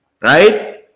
right